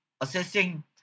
assessing